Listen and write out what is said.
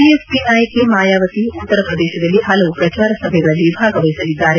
BSP ನಾಯಕಿ ಮಾಯಾವತಿ ಉತ್ತರ ಪ್ರದೇಶದಲ್ಲಿ ಹಲವು ಪ್ರಚಾರ ಸಭೆಗಳಲ್ಲಿ ಭಾಗವಹಿಸಲಿದ್ದಾರೆ